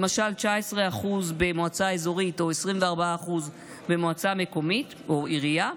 למשל 19% במועצה אזורית או 24% במועצה מקומית או עירייה,